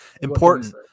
important